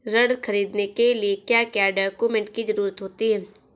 ऋण ख़रीदने के लिए क्या क्या डॉक्यूमेंट की ज़रुरत होती है?